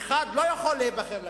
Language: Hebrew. שאחד לא יכול להיבחר לכנסת.